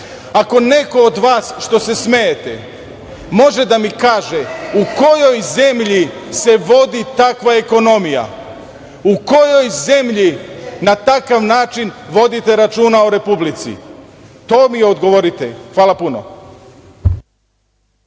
neko od vas što se smejete može da mi kaže – u kojoj zemlji se vodi takva ekonomija? U kojoj zemlji na takav način vodite računa o Republici? To mi odgovorite. Hvala puno.